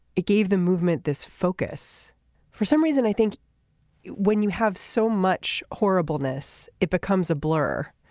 it gave the movement this focus for some reason i think when you have so much horribleness it becomes a blur.